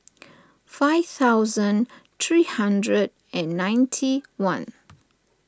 five thousand three hundred and ninety one